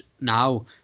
now